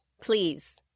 please